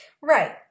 Right